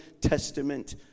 Testament